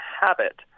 habit